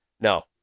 no